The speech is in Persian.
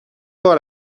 بار